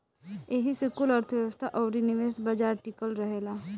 एही से कुल अर्थ्व्यवस्था अउरी निवेश बाजार टिकल रहेला